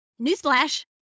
newsflash